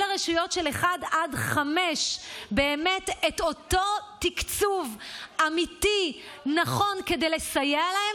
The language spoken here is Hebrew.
לרשויות של 1 עד 5 את אותו תקציב אמיתי ונכון כדי לסייע להם,